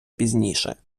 пізніше